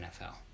NFL